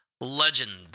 Legend